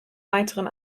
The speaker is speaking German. weiteren